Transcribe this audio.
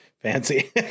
Fancy